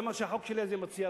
זה מה שהחוק שלי הזה מציע,